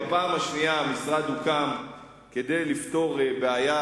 בפעם השנייה המשרד הוקם כדי לפתור בעיה